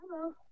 Hello